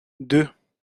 deux